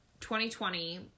2020